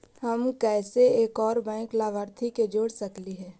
हम कैसे एक और बैंक लाभार्थी के जोड़ सकली हे?